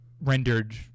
rendered